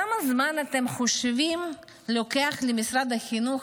כמה זמן אתם חושבים לוקח למשרד החינוך